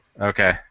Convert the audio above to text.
Okay